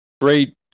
great